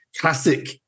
classic